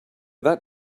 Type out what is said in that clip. that